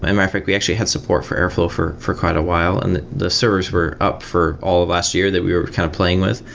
um we actually had support for airflow for for quite a while, and the servers were up for all of last year that we were kind of playing with,